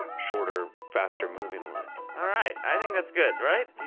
shorter, faster moving line all right, i think that's good, right?